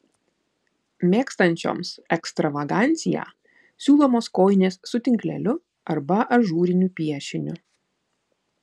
mėgstančioms ekstravaganciją siūlomos kojinės su tinkleliu arba ažūriniu piešiniu